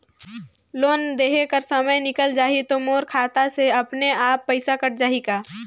Loan देहे कर समय निकल जाही तो मोर खाता से अपने एप्प पइसा कट जाही का?